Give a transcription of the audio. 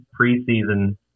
preseason